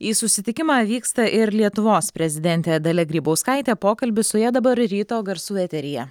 į susitikimą vyksta ir lietuvos prezidentė dalia grybauskaitė pokalbis su ja dabar ryto garsų eteryje